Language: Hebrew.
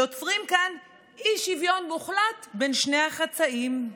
יוצרים כאן אי-שוויון מוחלט בין שני החצאים: